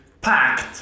packed